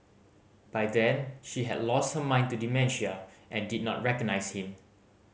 by then she had lost her mind to dementia and did not recognise him